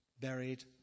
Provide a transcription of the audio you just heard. buried